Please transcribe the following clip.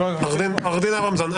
עורך דין אברמזון,